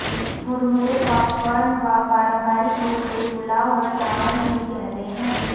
मुरमुरे पॉपकॉर्न व पारम्परिक रूप से फूला हुआ चावल भी कहते है